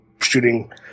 shooting